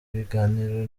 ibiganiro